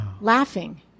Laughing